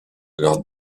leur